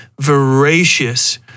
voracious